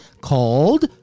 called